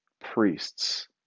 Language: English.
priests